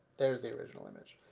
there's the original image.